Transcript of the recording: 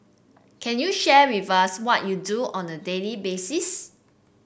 can you share with us what you do on a daily basis